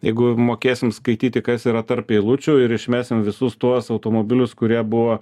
jeigu mokėsim skaityti kas yra tarp eilučių ir išmesim visus tuos automobilius kurie buvo